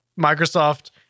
Microsoft